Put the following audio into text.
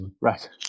Right